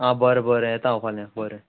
आं बरें बरें येता हांव फाल्यां बरें